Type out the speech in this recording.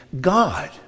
God